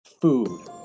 food